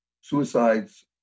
Suicides